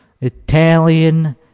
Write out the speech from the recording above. Italian